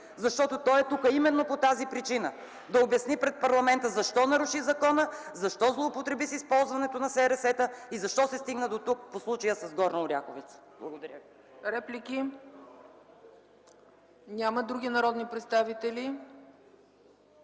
Защото той е тук именно по тази причина: да обясни пред парламента защо наруши закона, защо злоупотреби с използването на СРС-та и защо се стигна дотук по случая в Горна Оряховица.